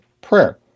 prayer